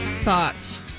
thoughts